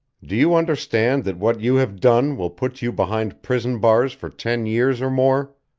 do you understand that what you have done will put you behind prison bars for ten years or more?